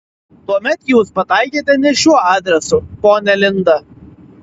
tuomet jūs pataikėte ne šiuo adresu ponia linda